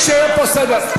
צריך שיהיה פה סדר.